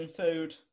food